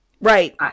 right